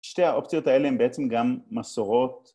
שתי האופציות האלה הם בעצם גם מסורות